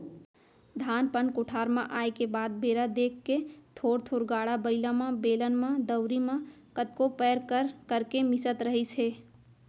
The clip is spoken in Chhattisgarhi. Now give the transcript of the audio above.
धान पान कोठार म आए के बाद बेरा देख के थोर थोर गाड़ा बइला म, बेलन म, दउंरी म कतको पैर कर करके मिसत रहिस हे